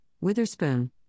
Witherspoon